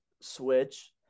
switch